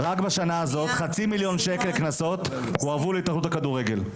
רק בשנה הזאת חצי מיליון שקל קנסות הועברו להתאחדות הכדורגל.